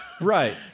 Right